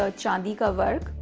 ah chandi ka vark,